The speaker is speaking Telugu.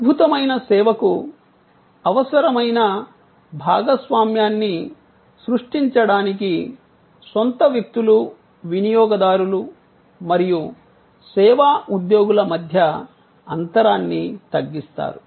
అద్భుతమైన సేవకు అవసరమైన భాగస్వామ్యాన్ని సృష్టించడానికి సొంత వ్యక్తులు వినియోగదారులు మరియు సేవా ఉద్యోగుల మధ్య అంతరాన్ని తగ్గిస్తారు